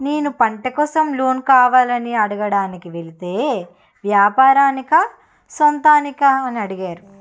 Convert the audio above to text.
నేను పంట కోసం లోన్ కావాలని అడగడానికి వెలితే వ్యాపారానికా సొంతానికా అని అడిగారు